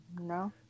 No